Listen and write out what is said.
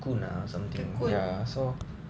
cocoon